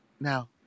Now